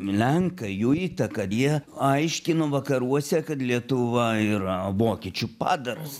lenkai jų įtaka jie aiškino vakaruose kad lietuva yra vokiečių padaras